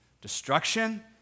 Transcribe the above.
destruction